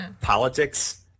Politics